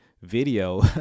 video